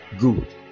good